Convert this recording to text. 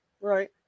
Right